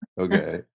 Okay